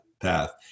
path